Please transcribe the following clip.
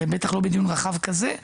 זה בטח לא בדיון רחב כזה.